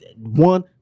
One